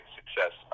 success